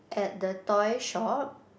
at the toy shop